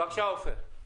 בבקשה עופר.